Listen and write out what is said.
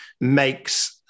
makes